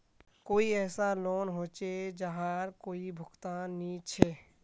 कोई ऐसा लोन होचे जहार कोई भुगतान नी छे?